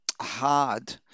hard